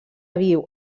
viu